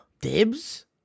Dibs